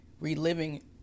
reliving